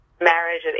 marriage